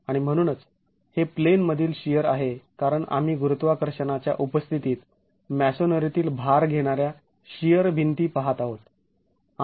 आणि म्हणूनच हे प्लेन मधील शिअर आहे कारण आम्ही गुरुत्वाकर्षणाच्या उपस्थित मॅसोनरीतील भार घेणाऱ्या शिअर भिंती पाहत आहोत